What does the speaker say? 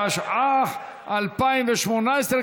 התשע"ח 2018,